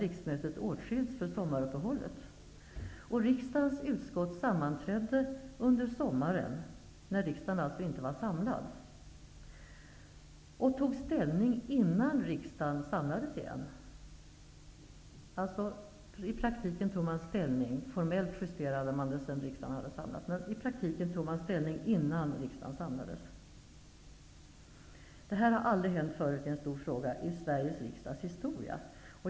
Riksdagens utskott sammanträdde under sommaren, när riksdagen alltså inte var samlad, och tog ställning innan riksdagen samlades igen. Formellt justerade man sedan, men i praktiken tog man ställning innan riksdagen samlades. Detta har aldrig hänt tidigare i en stor fråga i Sveriges riksdags historia.